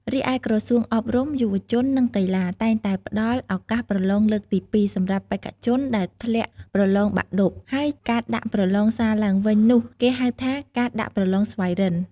រីឯ ក្រសួងអប់រំ យុវជន និងកីឡា តែងតែផ្តល់ ឱកាសប្រឡងលើកទី២ សម្រាប់បេក្ខជនដែលធ្លាក់ប្រលងបាក់ឌុប ហើយការដាក់ប្រលងសារឡើងវិញនោះគេហៅថា ការដាក់ប្រលងស្វ័យរិន្ទ។